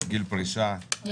יפה.